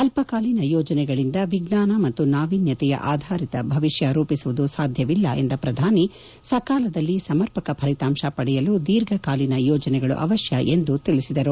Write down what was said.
ಅಲ್ಲಕಾಲೀನ ಯೋಜನೆಗಳಿಂದ ವಿಜ್ಞಾನ ಮತ್ತು ನಾವೀನ್ನತೆಯ ಆಧಾರಿತ ಭವಿಷ್ಣ ರೂಪಿಸುವುದು ಸಾಧ್ವವಿಲ್ಲ ಎಂದ ಪ್ರಧಾನಿ ಸಕಾಲದಲ್ಲಿ ಸಮರ್ಪಕ ಫಲಿತಾಂಶ ಪಡೆಯಲು ದೀರ್ಘಕಾಲೀನ ಯೋಜನೆಗಳು ಅವಶ್ಯ ಎಂದು ತಿಳಿಸಿದರು